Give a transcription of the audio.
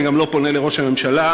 אני גם לא פונה לראש הממשלה,